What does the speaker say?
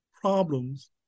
problems